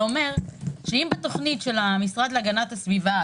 זה אומר שאם בתוכנית של המשרד להגנת הסביבה,